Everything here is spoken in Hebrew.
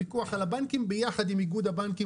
הפיקוח על הבנקים ביחד עם איגוד הבנקים.